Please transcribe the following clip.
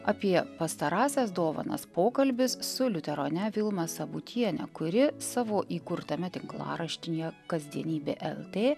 apie pastarąsias dovanas pokalbis su liuterone vilma sabutiene kuri savo įkurtame tinklaraštyje kasdienybė lt